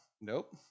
Nope